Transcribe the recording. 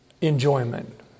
enjoyment